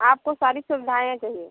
आपको सारी सुविधाएँ चाहिए